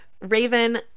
Raven